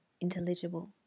intelligible